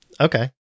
Okay